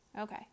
Okay